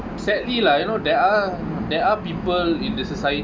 sadly lah you know there are there are people in the society